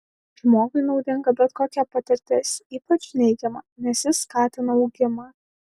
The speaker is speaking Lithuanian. žmogui naudinga bet kokia patirtis ypač neigiama nes ji skatina augimą